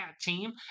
team